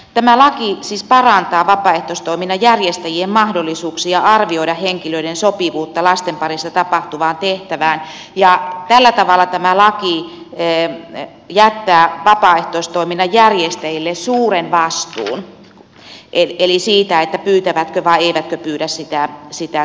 tämä laki siis parantaa vapaaehtoistoiminnan järjestäjien mahdollisuuksia arvioida henkilöiden sopivuutta lasten parissa tapahtuvaan tehtävään ja tällä tavalla tämä laki jättää vapaaehtoistoiminnan järjestäjille suuren vastuun siitä pyytävätkö vai eivätkö pyydä sitä todistusta